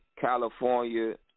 California